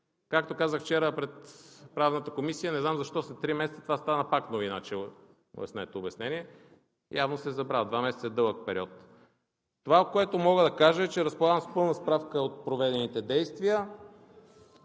Както казах вчера пред Правната комисия, не знам защо след три месеца това стана пак новина, че му е снето обяснение, явно се забравя, два месеца е дълъг период. Това, което мога да кажа, е, че разполагам с пълна справка от проведените действия.